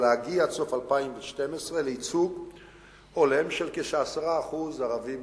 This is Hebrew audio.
להגיע עד סוף 2012 לייצוג הולם של כ-10% ערבים,